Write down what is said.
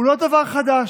הוא לא דבר חדש.